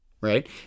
Right